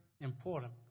important